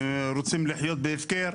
רוצים לחיות בהפקר,